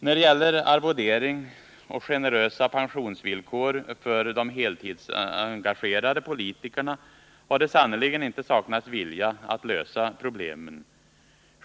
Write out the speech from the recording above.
När det gäller arvodering och generösa pensionsvillkor för de heltidsengagerade politikerna har det sannerligen inte saknats vilja att lösa problemen.